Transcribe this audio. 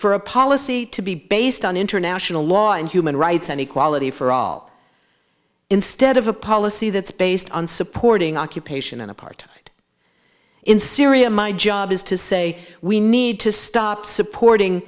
for a policy to be based on international law and human rights and equality for all instead of a policy that's based on supporting occupation and a part in syria my job is to say we need to stop supporting